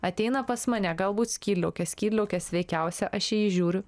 ateina pas mane galbūt skydliaukė skydliaukė sveikiausia aš į jį žiūriu